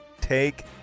take